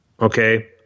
Okay